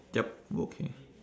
yup okay